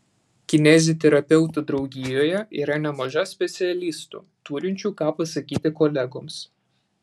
kineziterapeutų draugijoje yra nemaža specialistų turinčių ką pasakyti kolegoms